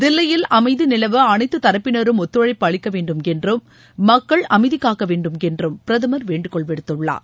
தில்லியில் அமைதி நிலவ அனைத்து தரப்பினரும் ஒத்துழைப்பு அளிக்க வேண்டுமென்றும் மக்கள் அமைதி காக்க வேண்டுமென்றும் பிரதமர் வேண்டுகோள் விடுத்துள்ளார்